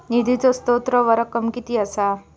निधीचो स्त्रोत व रक्कम कीती असा?